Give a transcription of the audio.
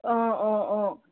অঁ অঁ অঁ